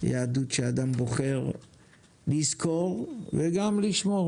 יהדות שאדם בוחר לזכור וגם לשמור,